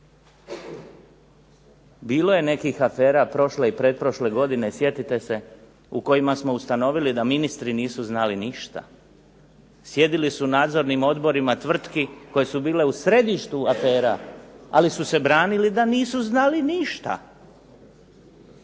Bilo je nekih afera prošle i pretprošle godine, sjetite se, u kojima smo ustanovili da ministri nisu znali ništa. Sjedili su u nadzornim odborima tvrtki koje su bile u središtu afera, ali su se branili da nisu znali ništa.